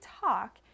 talk